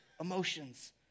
emotions